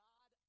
God